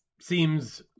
seems